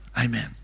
Amen